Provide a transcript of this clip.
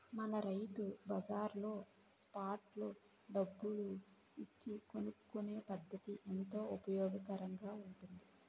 మన రైతు బజార్లో స్పాట్ లో డబ్బులు ఇచ్చి కొనుక్కునే పద్దతి ఎంతో ఉపయోగకరంగా ఉంటుంది